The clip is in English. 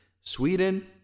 sweden